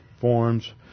forms